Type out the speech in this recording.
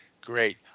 great